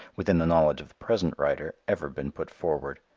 within the knowledge of the present writer, ever been put forward.